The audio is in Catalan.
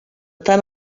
tant